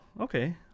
okay